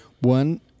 One